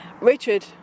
Richard